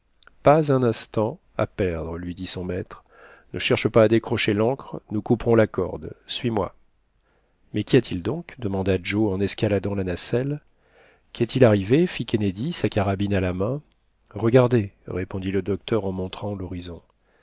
pas un instant à perdre lui dit son maître ne cherche pas à décrocher l'ancre nous couperons la corde suis-moi mais qu'y a-t-il donc demanda joe en escaladant la nacelle qu'est-il arrivé fit kennedy sa carabine à la main regardez répondit le docteur en montrant l'horizon